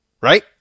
Right